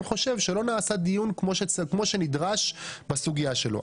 חושב שלא נעשה דיון כמו שנדרש בסוגיה שלו.